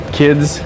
kids